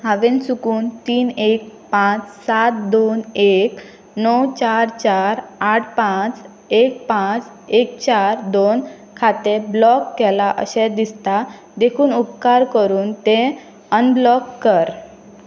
हांवें चुकून तीन एक पांच सात दोन एक णव चार चार आठ पांच एक पांच एक चार दोन खातें ब्लॉक केलां अशें दिसता देखून उपकार करून तें अनब्लॉक कर